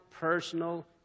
personal